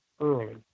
early